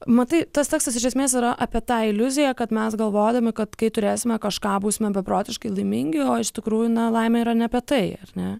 matai tas tekstas iš esmės yra apie tą iliuziją kad mes galvodami kad kai turėsime kažką būsime beprotiškai laimingi o iš tikrųjų na laimė yra ne apie tai ar ne